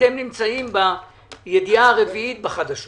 אתם הידיעה הרביעית בחדשות.